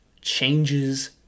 changes